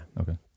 Okay